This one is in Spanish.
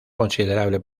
considerable